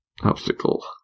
obstacle